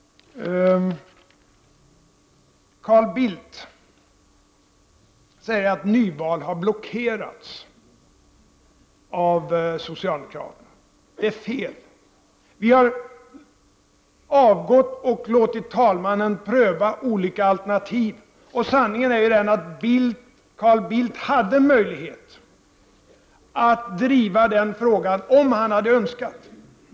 Carl Bildt säger att nyval har blockerats av socialdemokraterna. Det är fel. Vi har avgått och låtit talmannen pröva olika alternativ. Sanningen är ju att Carl Bildt hade möjlighet att driva frågan om nyval om han hade önskat det.